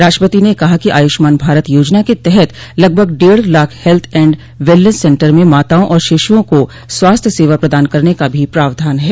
राष्ट्रपति ने कहा कि आयुष्मान भारत योजना के तहत लगभग डेढ़ lakh health and wellness centre ने माताओं और शिशुओं को स्वास्थ्य सेवा प्रदान करने का भी प्रावधान है